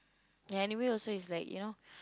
ya anyway also it's like you know